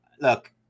look